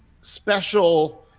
special